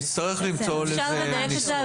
נצטרך למצוא לזה ניסוח.